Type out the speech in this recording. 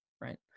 Right